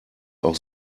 auch